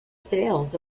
sails